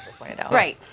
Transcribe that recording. Right